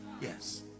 yes